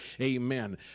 Amen